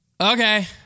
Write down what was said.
okay